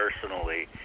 personally